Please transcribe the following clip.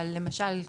אבל למשל,